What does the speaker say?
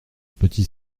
petit